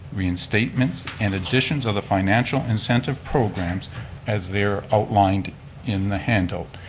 reinstatement and additions of the financial incentive programs as they're outlined in the handout.